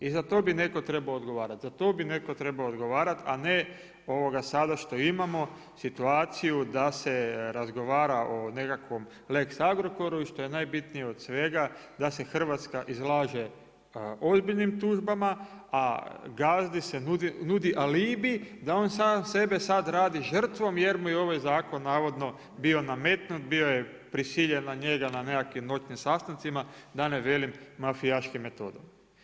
I za to bi netko trebao odgovarati, za to bi netko odgovarati a ne sada što imamo situaciju da se razgovara o nekakvom Lex Agrokoru i što je najbitnije od svega, da se Hrvatska izlaže ozbiljnim tužbama a Gazdi se nudi alibi da on sam sebe sad radi žrtvom jer mu je ovaj zakon bio navodno nametnut, bio je prisiljen na njega na nekakvim noćnim sastancima, da ne velim metodama.